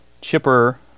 chipper